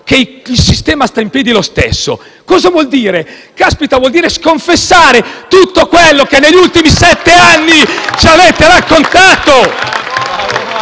che il sistema sta in piedi lo stesso?». Cosa vorrebbe dire questo? Vuol dire sconfessare tutto quello che negli ultimi sette anni ci avete raccontato.